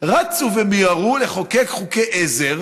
רצו ומיהרו לחוקק חוקי עזר